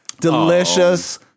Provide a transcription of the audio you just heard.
Delicious